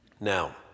Now